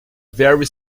very